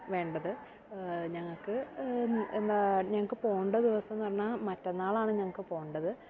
വേണ്ടത് ഞങ്ങൾക്ക് എന്താണ് ഞങ്ങൾക്ക് പോവേണ്ട ദിവസം എന്ന് പറഞ്ഞാൽ മറ്റന്നാളാണ് ഞങ്ങൾക്ക് പോവേണ്ടത്